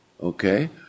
Okay